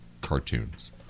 cartoons